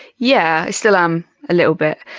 yeah i still am a little bit,